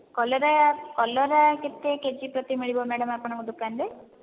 କଲରା କଲରା କେତେ କେଜି ପ୍ରତି ମିଳିବ ମ୍ୟାଡମ ଆପଣଙ୍କ ଦୋକାନ ରେ